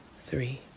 three